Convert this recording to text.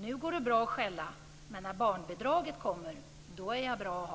Nu går det bra att skälla, men när barnbidraget kommer, då är jag bra att ha.